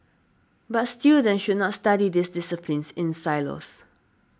but students should not study these disciplines in silos